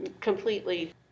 completely